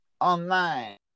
online